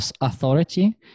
Authority